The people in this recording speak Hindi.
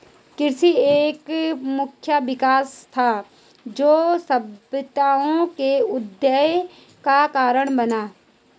कृषि एक मुख्य विकास था, जो सभ्यताओं के उदय का कारण बना